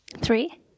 Three